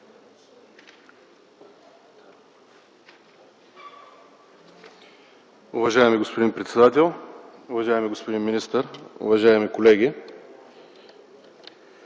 Уважаеми господин председател, уважаеми господин министър, уважаеми колеги!